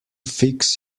fix